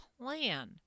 plan